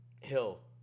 Hill